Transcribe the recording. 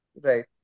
Right